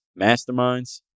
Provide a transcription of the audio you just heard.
masterminds